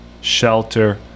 shelter